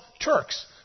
Turks